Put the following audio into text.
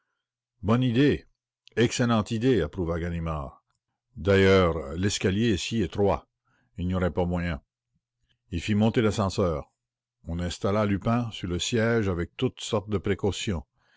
bonne idée excellente idée approuva ganimard il fit monter l'ascenseur on installa lupin sur le siège avec toutes sortes de précautions